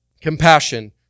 Compassion